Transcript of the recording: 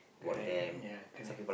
correct ya correct